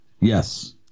Yes